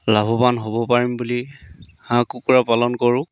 লাভৱান হ'ব পাৰিম বুলি হাঁহ কুকুৰা পালন কৰোঁ